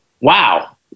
wow